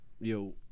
yo